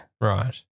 Right